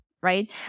right